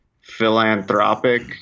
philanthropic